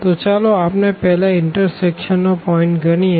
તો ચાલો આપણે પેહલા ઇનટરસેકશન નો પોઈન્ટ ગણીએ